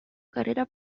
carrera